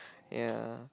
ya